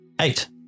Eight